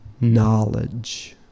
knowledge